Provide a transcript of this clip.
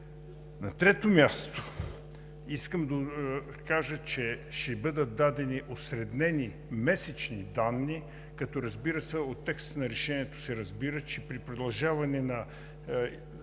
На трето място, искам да кажа, че ще бъдат дадени осреднени месечни данни, като разбира се, от текста на решението се разбира, че при продължаване на